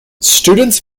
students